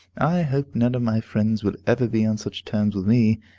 i hope none of my friends will ever be on such terms with me